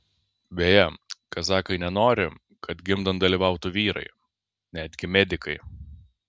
beje kazachai nenori kad gimdant dalyvautų vyrai netgi medikai